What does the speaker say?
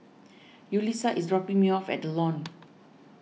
Yulisa is dropping me off at the Lawn